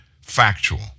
factual